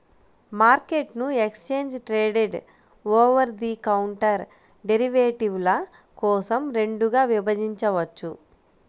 మార్కెట్ను exchange traded, over the counter డెరివేటివ్ల కోసం రెండుగా విభజించవచ్చు